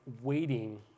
waiting